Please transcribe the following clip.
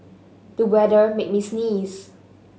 the weather made me sneeze